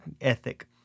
ethic